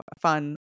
fun